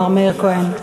מר מאיר כהן.